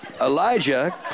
Elijah